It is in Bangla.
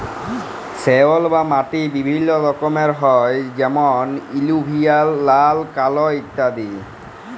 সয়েল বা মাটি বিভিল্য রকমের হ্যয় যেমন এলুভিয়াল, লাল, কাল ইত্যাদি